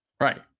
Right